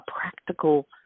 practical